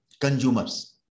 consumers